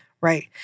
Right